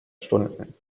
stunden